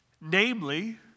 Namely